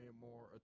more